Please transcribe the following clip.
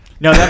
No